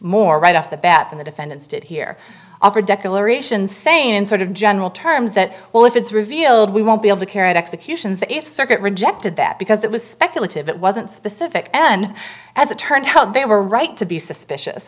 more right off the bat when the defendants did hear offer declaration saying sort of general terms that well if it's revealed we won't be able to carry out executions that circuit rejected that because it was speculative it wasn't specific and as it turned out they were right to be suspicious